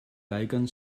weigern